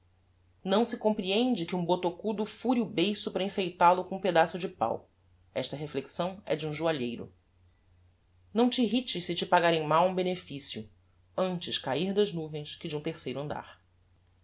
não se comprehende que um botocudo fure o beiço para enfeital o com um pedaço de páu esta reflexão é de um joalheiro não te irrites se te pagarem mal um beneficio antes cair das nuvens que de um terceiro andar